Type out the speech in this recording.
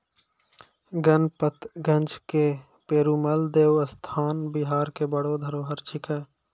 गणपतगंज के पेरूमल देवस्थान बिहार के बड़ो धरोहर छिकै